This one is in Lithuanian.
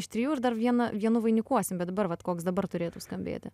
iš trijų ir dar vieną vienu vainikuosim bet dabar vat koks dabar turėtų skambėti